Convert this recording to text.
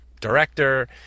director